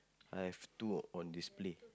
I have two on display